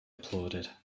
applauded